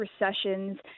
recessions